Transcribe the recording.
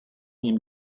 ním